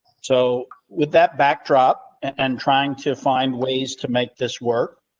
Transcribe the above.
so, with that backdrop and trying to find ways to make this work.